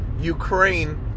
ukraine